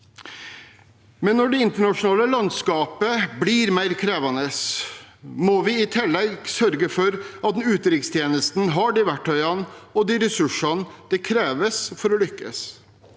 Når det internasjonale landskapet blir mer krevende, må vi i tillegg sørge for at utenrikstjenesten har de verktøyene og de ressursene som kreves for å lykkes.